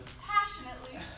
Passionately